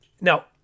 Now